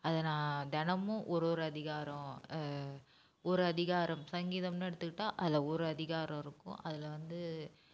அதை நான் தினமும் ஒரு ஒரு அதிகாரம் ஒரு அதிகாரம் சங்கீதம்னு எடுத்துக்கிட்டால் அதில் ஒரு அதிகாரம் இருக்கும் அதில் வந்து